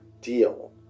deal